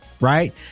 Right